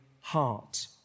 heart